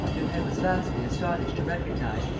lupin was vastly astonished to recognize,